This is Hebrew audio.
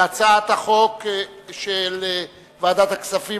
אנחנו עוברים להצעת חוק של ועדת הכספים,